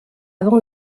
avant